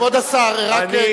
כבוד השר, הרי אין לך, איפה כולם.